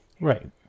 Right